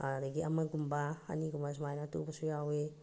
ꯑꯗꯒꯤ ꯑꯃꯒꯨꯝꯕ ꯑꯅꯤꯒꯨꯝꯕ ꯁꯨꯃꯥꯏꯅ ꯇꯨꯕꯁꯨ ꯌꯥꯎꯋꯤ